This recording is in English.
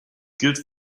good